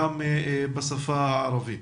כמובן גם בשפה הערבית.